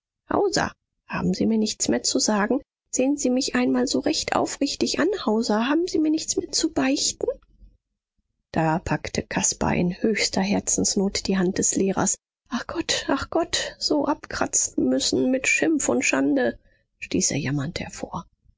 haben sie mir nichts mehr zu sagen sehen sie mich einmal so recht aufrichtig an hauser haben sie mir nichts mehr zu beichten da packte caspar in höchster herzensnot die hand des lehrers ach gott ach gott so abkratzen müssen mit schimpf und schande stieß er jammernd hervor